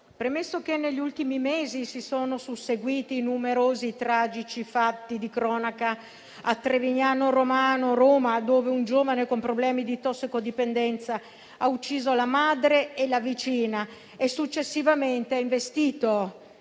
Premesso che: negli ultimi mesi si sono susseguiti numerosi tragici fatti di cronaca: a Trevignano romano (Roma) dove un giovane con problemi di tossicodipendenza ha ucciso la madre e la vicina, e successivamente ha investito